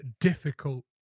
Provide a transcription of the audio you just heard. difficult